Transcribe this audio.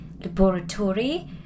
laboratory